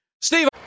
Steve